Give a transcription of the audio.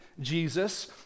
Jesus